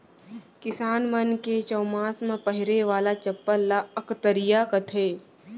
किसान मन के चउमास म पहिरे वाला चप्पल ल अकतरिया कथें